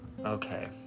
okay